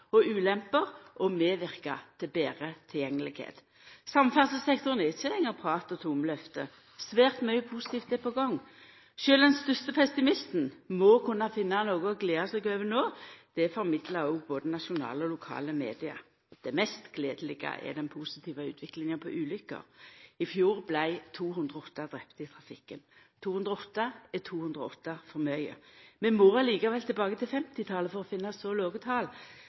og -ulemper og medverkar til betre tilgjenge. Samferdselssektoren er ikkje lenger prat og tomme lovnader. Svært mykje positivt er på gang. Sjølv den største pessimisten må kunna finna noko å gleda seg over no, det formidlar òg både nasjonale og lokale medium. Det mest gledelege er den positive utviklinga i talet på ulukker. I fjor vart 208 drepne i trafikken. 208 er 208 for mykje. Vi må likevel tilbake til 1950-talet for å finna så låge tal.